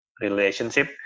relationship